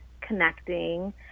connecting